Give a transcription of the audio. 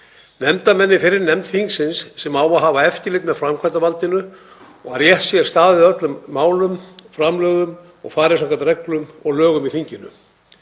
nefndarmenn í þeirri nefnd þingsins sem á að hafa eftirlit með framkvæmdarvaldinu og að rétt sé staðið að öllum málum, framlögum og farið sé að reglum og lögum í þinginu.